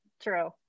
True